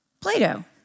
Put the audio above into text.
Plato